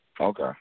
Okay